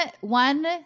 one